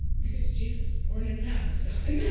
because jesus was born in palestine. and yeah